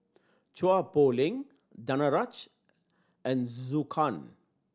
Chua Poh Leng Danaraj and Zhou Can